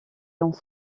dans